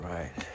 Right